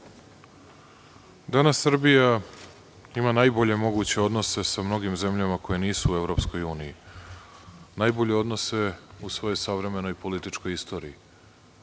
Danas Srbija ima najbolje moguće odnose sa mnogim zemljama koje nisu u EU, najbolje odnose u svojoj savremenoj političkoj istoriji